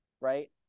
right